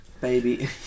Baby